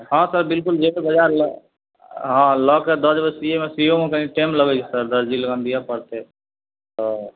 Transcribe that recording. हँ सर बिलकुल जएबै बजार लऽ हँ लऽ के दऽ देबै सिएमे सिएमे कनि टाइम लगै छै सर दर्जीलग दिअऽ पड़तै तऽ